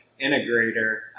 integrator